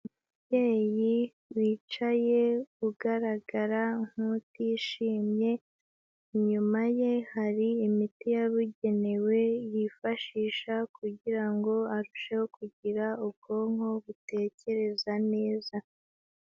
Umubyeyi wicaye ugaragara nk'utishimye, inyuma ye hari imiti yabugenewe yifashisha kugira ngo arusheho kugira ubwonko butekereza neza.